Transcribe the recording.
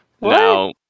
Now